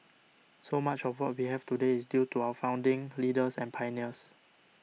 so much of what we have today is due to our founding leaders and pioneers